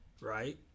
Right